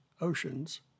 Oceans